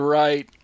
right